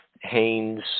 Haynes